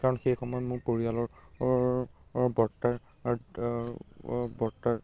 কাৰণ সেই সময়ত মোৰ পৰিয়ালৰ বৰ্তাৰ বৰ্তাৰ